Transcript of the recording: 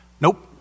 nope